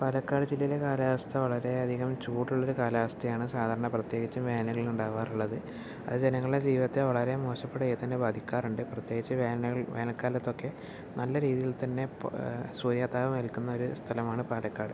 പാലക്കാട് ജില്ലയിലെ കലാവസ്ഥ വളരെ അധികം ചൂടുള്ളൊരു കാലാവസ്ഥയാണ് സാധാരണ പ്രത്യേകിച്ചും വേനലിൽ ഉണ്ടാകാറുള്ളത് അത് ജനങ്ങളുടെ ജീവിതത്തെ വളരെ മോശപ്പെട്ട രീതിയിൽ തന്നെ ബാധിക്കാറുണ്ട് പ്രത്യേകിച്ചു വേനൽ വേനൽക്കാലത്തൊക്കെ നല്ല രീതിയിൽ തന്നെ പോ സൂര്യാതാപം ഏൽക്കുന്ന ഒരു സ്ഥലമാണ് പാലക്കാട്